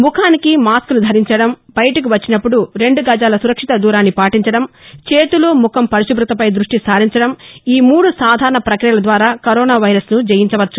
ముఖానికి మాస్కును ధరించడం బయటకు వచ్చినప్పుడు రెండు గజాల సురక్షిత దూరాన్ని పాటించడం చేతులు ముఖం పరిశుభ్రతపై దృష్టి సారించడం ఈ మూడు సాధారణ ప్రక్రియల ద్వారా కరోనా వైరస్ను జయించవచ్చు